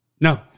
No